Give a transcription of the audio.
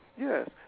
Yes